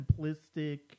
simplistic